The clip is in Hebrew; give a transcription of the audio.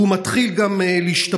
וזה מתחיל גם להשתפר.